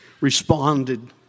responded